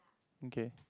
okay